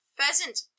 Pheasant